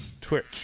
Twitch